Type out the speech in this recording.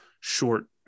short